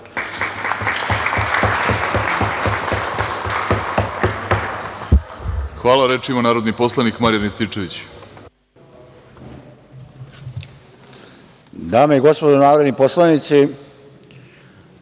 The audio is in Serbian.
Hvala. Reč ima narodni poslanik Marijan Rističević.